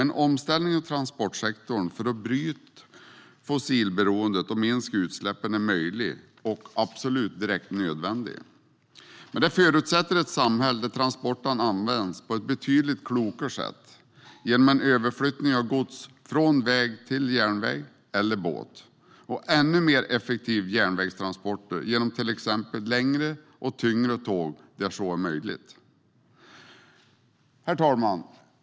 En omställning av transportsektorn för att bryta fossilberoendet och minska utsläppen är möjlig och absolut direkt nödvändig. Det förutsätter ett samhälle där transporterna används på ett betydligt klokare sätt, genom en överflyttning av gods från väg till järnväg eller båt och ännu effektivare järnvägstransporter genom till exempel längre och tyngre tåg där så är möjligt. Herr talman!